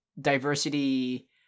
diversity